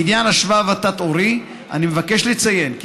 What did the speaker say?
בעניין השבב התת-עורי אני מבקש לציין כי